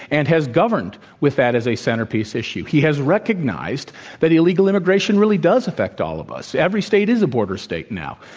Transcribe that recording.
and has governed with that as a centerpiece issue. he has recognized that illegal immigration really does affect all of us. every state is a border state now.